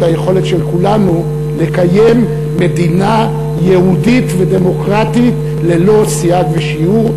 היכולת של כולנו לקיים מדינה יהודית ודמוקרטית ללא סייג ושיור,